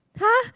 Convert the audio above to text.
!huh!